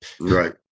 Right